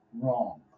wrong